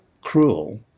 cruel